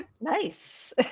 nice